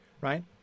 Right